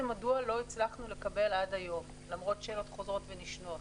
מדוע לא הצלחנו לקבל עד היום למרות שאלות חוזרות ונשנות